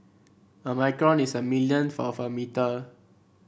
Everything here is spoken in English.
a micron is a millionth of a metre